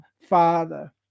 Father